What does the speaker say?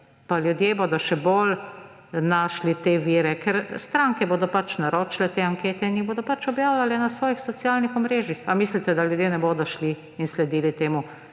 ljudje še bolj našli te vire, ker stranke bodo naročile te ankete in jih bodo pač objavljale na svojih socialnih omrežjih. Ali mislite, da ljudje ne bodo šli in sledili temu?